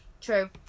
True